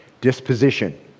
disposition